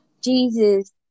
Jesus